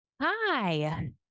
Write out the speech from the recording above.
Hi